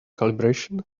calibration